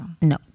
no